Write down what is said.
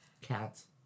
Cats